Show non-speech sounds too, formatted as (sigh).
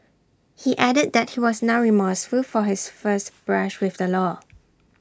he added that he was now remorseful for his first (noise) brush with the law